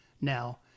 now